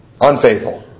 unfaithful